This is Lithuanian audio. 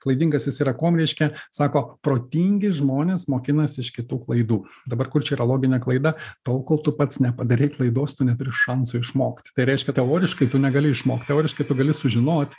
klaidingas jis yra kuom reiškia sako protingi žmonės mokinasi iš kitų klaidų dabar kur čia yra loginė klaida tol kol tu pats nepadarei klaidos tu neturi šansų išmokti tai reiškia teoriškai tu negali išmokt teoriškai tu gali sužinot